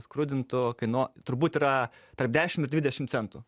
skrudintų kaino turbūt yra tarp dešim ir dvidešim centų